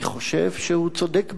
אני חושב שהוא צודק בהערכותיו.